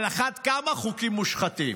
על אחת כמה וכמה חוקים מושחתים.